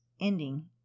ending